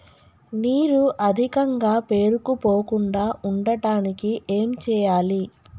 నీరు అధికంగా పేరుకుపోకుండా ఉండటానికి ఏం చేయాలి?